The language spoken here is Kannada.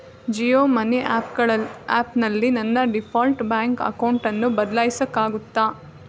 ಜಿಯೋ ಮನಿ ಆ್ಯಪ್ಗಳ ಆ್ಯಪ್ನಲ್ಲಿ ನನ್ನ ಡಿಫಾಲ್ಟ್ ಬ್ಯಾಂಕ್ ಅಕೌಂಟನ್ನು ಬದ್ಲಾಯ್ಸಕ್ಕಾಗುತ್ತಾ